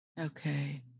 Okay